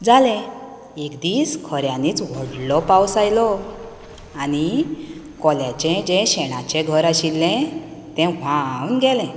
जालें एक दीस खऱ्यांनीच व्हडलो पावस आयलो आनी कोल्याचें जे शेणाचें घर आशिल्लें तें व्हांवन गेलें